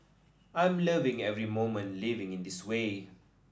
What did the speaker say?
I'm loving every moment living in this way